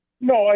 No